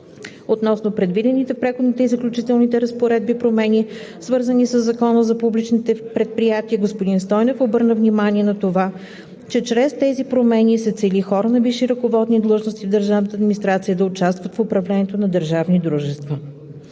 Относно предвидените в Преходните и заключителни разпоредби промени, свързани със Закона за публичните предприятия, господин Стойнев обърна внимание на това, че чрез тези промени се цели хора на висши ръководни длъжности в държавната администрация